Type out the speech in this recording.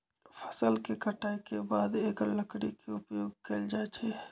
फ़सल के कटाई के बाद एकर लकड़ी के उपयोग कैल जाइ छइ